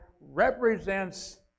represents